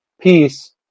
peace